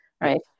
right